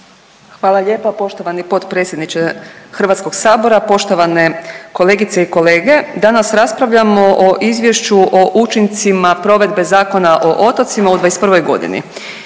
Hvala lijepo poštovani potpredsjedniče HS-a, poštovane kolegice i kolege. Danas raspravljamo o Izvješću o učincima provedbe Zakona o otocima u '21. g.